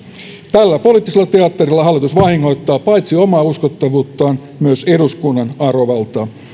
tällä poliittisella teatterilla hallitus vahingoittaa paitsi omaa uskottavuuttaan myös eduskunnan arvovaltaa